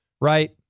right